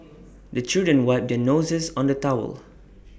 the children wipe their noses on the towel